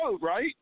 right